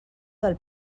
del